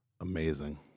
Amazing